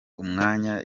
umwanya